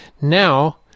Now